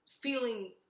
feeling